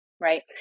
Right